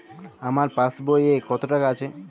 আমার পাসবই এ কত টাকা আছে?